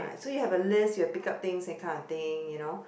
so you have a list you have pick up things that kind of thing you know